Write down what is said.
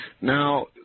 Now